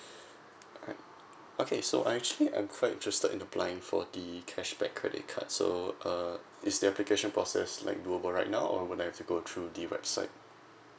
alright okay so I actually I'm quite interested in applying for the cashback credit card so uh is the application process like doable right now or would I have to go through the website